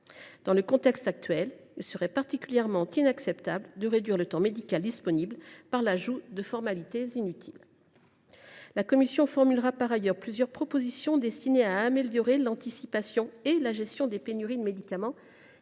Dans le contexte actuel, il serait particulièrement inacceptable de réduire le temps médical disponible par l’ajout de formalités inutiles. La commission formulera, par ailleurs, plusieurs propositions destinées à améliorer l’anticipation et la gestion des pénuries de médicaments,